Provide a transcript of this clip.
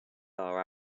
our